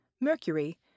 Mercury